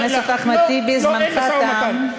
חבר הכנסת אחמד טיבי, זמנך תם.